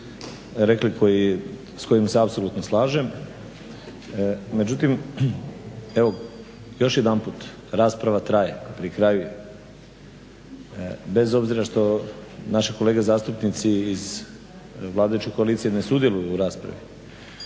rekli s kojim se apsolutno slažem, međutim evo još jedanput rasprava traje, pri kraju je, bez obzira što naše kolege zastupnici iz vladajuće koalicije ne sudjeluju u raspravi